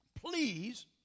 please